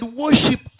worship